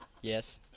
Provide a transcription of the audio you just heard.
Yes